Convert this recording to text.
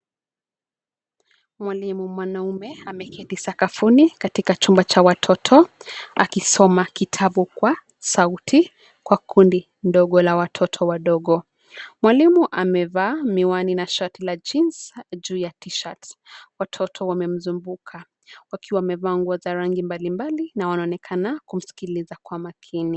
Mwalimu mwanamume ameketi sakafuni katika chumba cha watoto akisoma kitabu kwa sauti kwa kundi ndogo la watoto wadogo. Mwalimu amevaa miwani na shati la jeans juu ya tishati. Watoto wamemzunguka, wakiwa wamevaa nguo za rangi mbalimbali na wanaonekana kumsikiliza kwa makini.